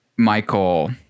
Michael